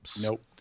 Nope